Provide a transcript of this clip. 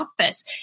office